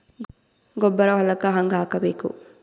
ಗೊಬ್ಬರ ಹೊಲಕ್ಕ ಹಂಗ್ ಹಾಕಬೇಕು?